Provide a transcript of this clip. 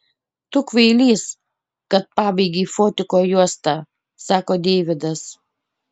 tu kvailys kad pabaigei fotiko juostą sako deividas